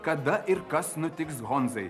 kada ir kas nutiks honzai